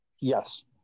yes